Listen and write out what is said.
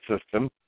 system